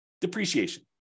depreciation